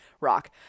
rock